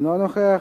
אינו נוכח.